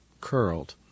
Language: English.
Curled